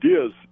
ideas